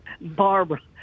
Barbara